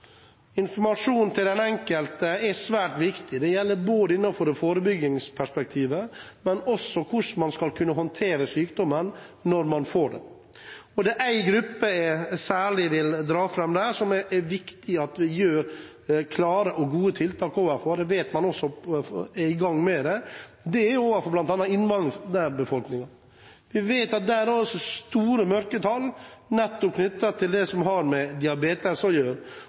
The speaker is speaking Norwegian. den enkelte er svært viktig. Det gjelder både forebygging og håndteringen av sykdommen når man får den. Her er det særlig én gruppe jeg vil dra fram som det er viktig at vi iverksetter klare og gode tiltak overfor – og det vet vi også at man er i gang med – og det er innvandrerbefolkningen. Der vet vi at det er store mørketall knyttet til det som har med diabetes